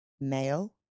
male